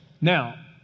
Now